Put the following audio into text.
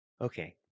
Okay